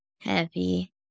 Heavy